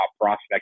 prospect